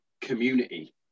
community